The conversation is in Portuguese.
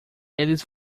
eles